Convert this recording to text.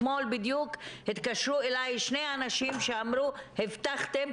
אתמול בדיוק התקשרו אליי שני אנשים שאמרו הבטחתם,